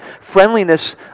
friendliness